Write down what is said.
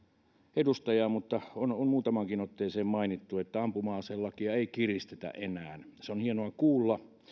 edustajaa on on muutamaankin otteeseen maininnut että ampuma aselakia ei kiristetä enää se on hienoa kuulla